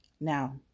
Now